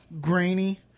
grainy